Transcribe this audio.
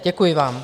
Děkuji vám.